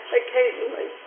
occasionally